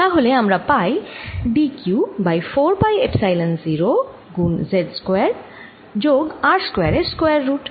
তাহলে আমরা পাই d q by 4 pi epsilon 0 গুন z স্কয়ার যোগ r স্কয়ার এর স্কয়ার রুট